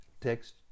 Text